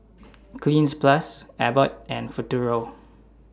Cleanz Plus Abbott and Futuro